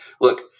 look